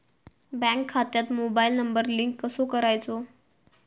Bank खात्यात mobile number link कसो करायचो?